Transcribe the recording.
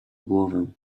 głowę